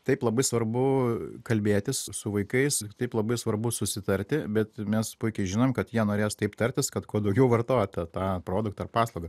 taip labai svarbu kalbėtis su vaikais taip labai svarbu susitarti bet mes puikiai žinom kad jie norės taip tartis kad kuo daugiau vartot tą tą produktą ar paslaugą